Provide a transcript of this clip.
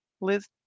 Liz